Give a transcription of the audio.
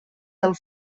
del